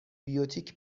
بیوتیک